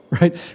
right